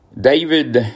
David